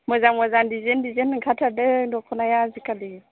मोजा मोजां design design ओंखारथारदों दख'नाया आजिखालि